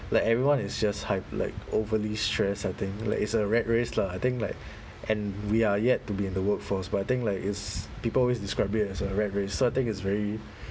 like everyone is just hype~ like overly stressed I think like it's a rat race lah I think like and we are yet to be in the workforce but I think like is people always describe it as a rat race so I think it's very